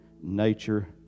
nature